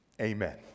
Amen